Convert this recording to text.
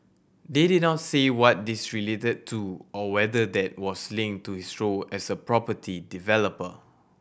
they did not say what these related to or whether that was linked to his role as a property developer